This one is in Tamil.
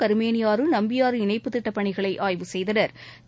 கருமேனி ஆறு நம்பியாறு இணைப்புத்திட்டபணிகளைஆய்வு செய்தனா்